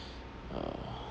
err